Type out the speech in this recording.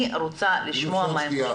אני רוצה לשמוע מה הם אומרים.